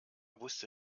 wusste